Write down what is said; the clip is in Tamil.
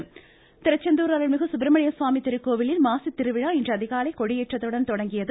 திருச்செந்தூர் திருச்செந்தூர் அருள்மிகு சுப்ரமண்ய சுவாமி திருக்கோவில் மாசித்திருவிழா இன்று அதிகாலை கொடியேற்றத்துடன் தொடங்கியது